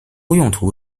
用途